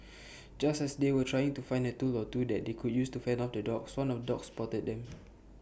just as they were trying to find A tool or two that they could use to fend off the dogs one of the dogs spotted them